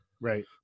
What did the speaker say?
Right